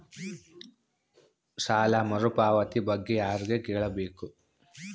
ಸಾಲ ಮರುಪಾವತಿ ಬಗ್ಗೆ ಯಾರಿಗೆ ಕೇಳಬೇಕು?